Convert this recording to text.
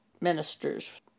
ministers